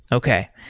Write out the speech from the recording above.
okay.